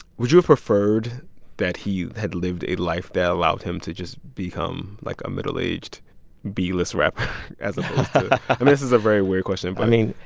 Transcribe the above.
would you have preferred that he had lived a life that allowed him to just become like a middle-aged b-list rapper and this is a very weird question, but. i mean,